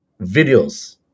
videos